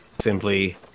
simply